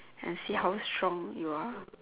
and see how strong you are